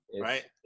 right